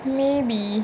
maybe